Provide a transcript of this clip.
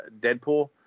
Deadpool